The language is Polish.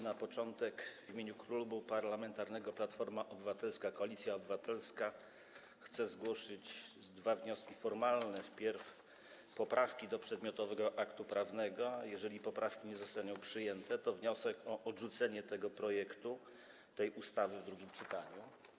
Na początek w imieniu Klubu Parlamentarnego Platforma Obywatelska - Koalicja Obywatelska chcę złożyć dwa wnioski formalne, wpierw poprawki do przedmiotowego aktu prawnego, a jeżeli poprawki nie zostaną przyjęte, to wniosek o odrzucenie tego projektu ustawy w drugim czytaniu.